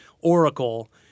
oracle